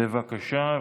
בבקשה.